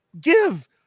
give